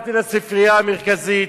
הלכתי לספרייה המרכזית,